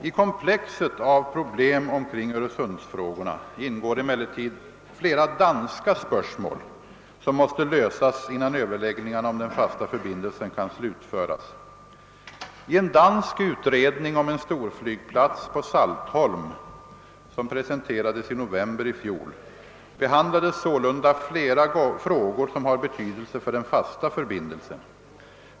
I komplexet av problem omkring Öresundsfrågorna ingår emellertid flera (danska spörsmål som måste lösas innan överläggningarna om den fasta förbindelsen kan slutföras. I en dansk utredning om en storflygplats på Saltholm, som presenterades i november i fjol, behandlades sålunda flera frågor som har betydelse för den fasta förbindelsen.